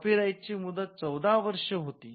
कॉपीराइटची मुदत १४ वर्षे होती